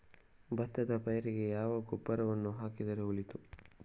ಭತ್ತದ ಪೈರಿಗೆ ಯಾವಾಗ ಗೊಬ್ಬರವನ್ನು ಹಾಕಿದರೆ ಒಳಿತು?